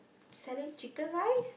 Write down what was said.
selling chicken rice